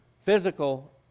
physical